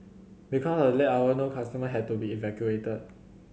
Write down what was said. because of the late hour no customer had to be evacuated